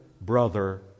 brother